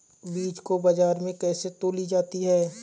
बीज को बाजार में कैसे तौली जाती है?